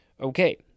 Okay